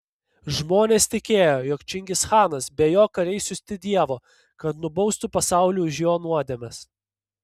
žmonės tikėjo jog čingischanas be jo kariai siųsti dievo kad nubaustų pasaulį už jo nuodėmes